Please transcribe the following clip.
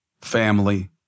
family